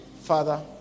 Father